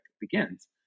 begins